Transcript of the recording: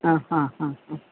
ആ ആ ആ ആ